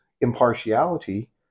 impartiality